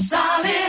Solid